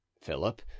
philip